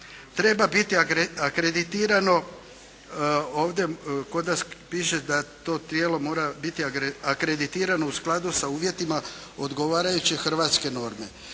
mora biti akreditirano u skladu sa uvjetima odgovarajuće hrvatske norme.